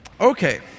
Okay